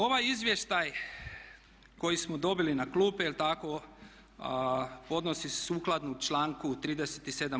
Ovaj izvještaj koji smo dobili na klupe, je li tako, podnosi se sukladno članku 37.